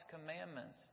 commandments